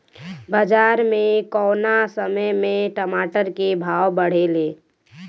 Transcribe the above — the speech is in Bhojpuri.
बाजार मे कौना समय मे टमाटर के भाव बढ़ेले?